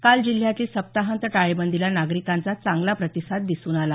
काल जिल्ह्यातील सप्ताहांत टाळेबंदीला नागरिकांचा चांगला प्रतिसाद दिसून आला